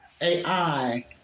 AI